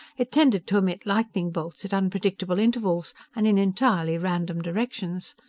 it tended to emit lightning-bolts at unpredictable intervals and in entirely random directions.